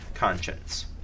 conscience